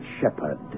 shepherd